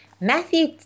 Matthew